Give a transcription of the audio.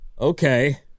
Okay